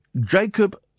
Jacob